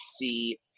see